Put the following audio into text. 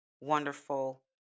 wonderful